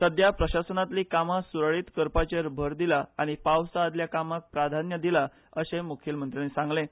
सध्या प्रशासनांतली कामां सुरळीत करपाचेर भर दिला आनी पावसा आदल्या कामाक प्राधान्य दिलां अशें मुखेलमंत्र्यांनी सांगलें